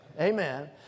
Amen